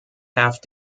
have